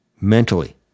mentally